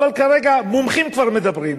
אבל כרגע מומחים כבר מדברים.